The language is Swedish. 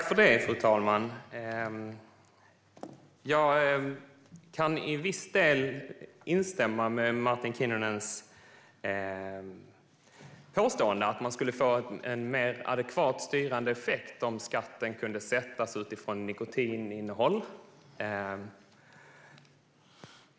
Fru talman! Jag kan till viss del instämma i Martin Kinnunens påstående, att man skulle få en mer adekvat styrande effekt om skatten kunde sättas utifrån nikotininnehåll.